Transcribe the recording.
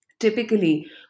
Typically